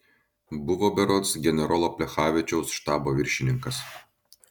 buvo berods generolo plechavičiaus štabo viršininkas